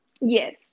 yes